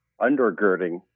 undergirding